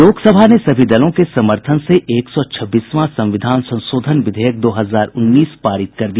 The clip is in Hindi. लोकसभा ने सभी दलों के समर्थन से एक सौ छब्बीसवां संविधान संशोधन विधेयक दो हजार उन्नीस पारित कर दिया